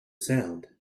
sound